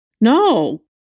No